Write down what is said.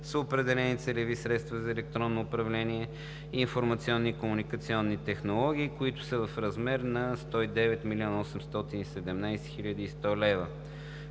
бяха определени целевите средства за електронно управление и информационни и комуникационни технологии. За 2018 г. те са в размер на 109 млн. 817 хил. 100 лв.,